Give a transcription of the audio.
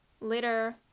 later